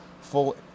full